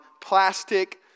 plastic